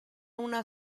una